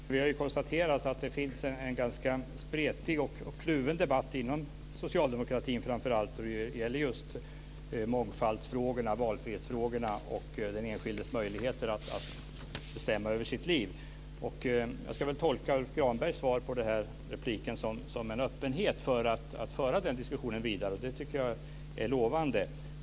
Herr talman! Vi har konstaterat att det förs en ganska spretig och kluven debatt inom framför allt socialdemokratin i mångfalds och valfrihetsfrågorna och när det gäller den enskildes möjligheter att bestämma över sitt liv. Jag tolkar Lars U Granbergs svar på repliken som uttryck för en öppenhet för att föra debatten vidare, och jag tycker att det är lovande.